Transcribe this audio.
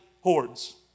hordes